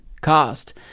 Cost